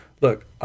look